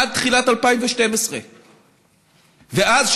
עד תחילת 2012. אז,